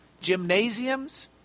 Gymnasiums